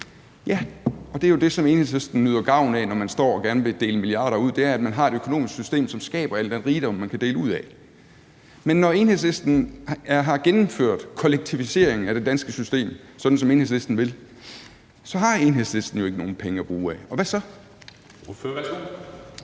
Ja, og det er jo det, som Enhedslisten nyder gavn af, når man står og gerne vil dele milliarder ud: At man har et økonomisk system, som skaber al den rigdom, man kan dele ud af. Men når Enhedslisten har gennemført kollektiviseringen af det danske system, sådan som Enhedslisten vil, så har Enhedslisten jo ikke nogen penge at bruge – og hvad så? Kl. 13:52